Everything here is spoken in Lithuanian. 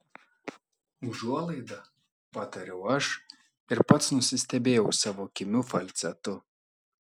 užuolaida patariau aš ir pats nusistebėjau savo kimiu falcetu